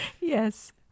Yes